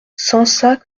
sansac